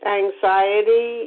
anxiety